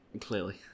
Clearly